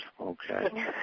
Okay